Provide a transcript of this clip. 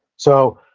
so,